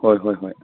ꯍꯣꯏ ꯍꯣꯏ ꯍꯣꯏ